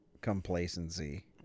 complacency